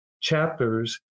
chapters